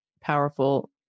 powerful